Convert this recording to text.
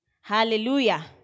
Hallelujah